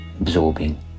absorbing